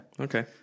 Okay